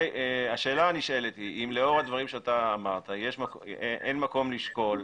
השאלה הנשאלת היא אם לאור הדברים שאתה אמרת אין מקום לשקול,